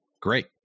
great